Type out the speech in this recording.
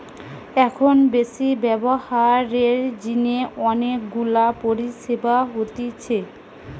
এখন বেশি ব্যবহারের জিনে অনেক গুলা পরিষেবা হতিছে